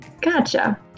Gotcha